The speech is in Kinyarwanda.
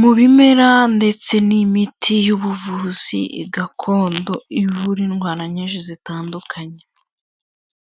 mu bimera ndetse n'imiti y'ubuvuzi gakondo, ivura indwara nyinshi zitandukanye.